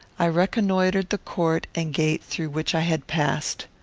i reconnoitred the court and gate through which i had passed.